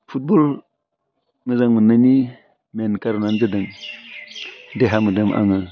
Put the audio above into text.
football मोजां मोननायनि मेन कार'नानो जादों देहा मोदोम आङो